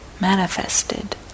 manifested